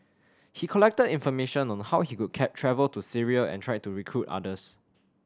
he collected information on how he could travel to Syria and tried to recruit others